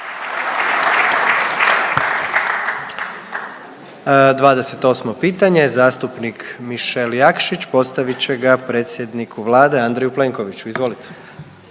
31. pitanje zastupnik Nikola Grmoja postavlja ga predsjedniku Vlade Andreju Plenkoviću. Izvolite.